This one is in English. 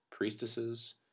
priestesses